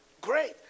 Great